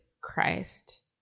Christ